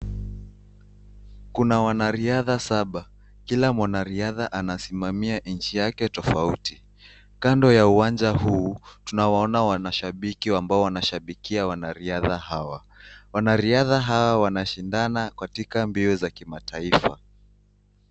Kuna wanariadha saba. Kila mwanariadha anasimamia nchi yake tofauti. Kando ya uwanja huu tunawaona wanashambiki ambao wanashambikia wanariadha hawa. Wanariadha hawa wanashindana katika mbio za kimataifa.